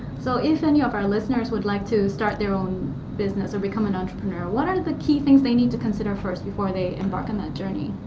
so if any of our listeners would like to start their own business, or become an entrepreneur, what are the key things they need to consider first before they embark on that journey?